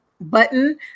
button